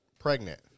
Pregnant